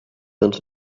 into